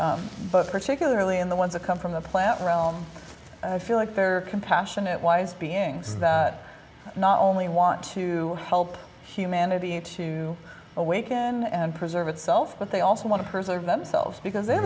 may but particularly in the ones that come from the plant realm i feel like they're compassionate wise beings that not only want to help humanity to awaken and preserve itself but they also want to preserve themselves because they